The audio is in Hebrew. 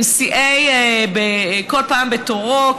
כל אחד בתורו,